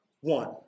one